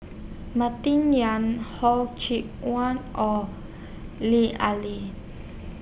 Martin Yan Hor Chim Won Or Lut Ali